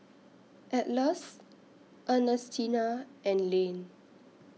Atlas Ernestina and Lane